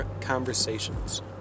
Conversations